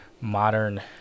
modern